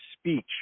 speech